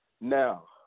Now